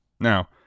Now